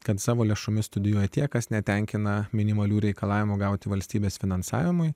kad savo lėšomis studijuoja tie kas netenkina minimalių reikalavimų gauti valstybės finansavimui